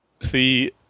See